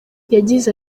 yagize